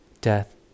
death